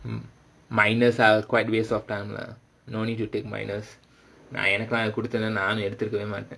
um minors are quite waste of time lah no need to take minors நானும் எடுத்துருக்கவே மாட்டேன்:naanum eduthurukkavae maattaen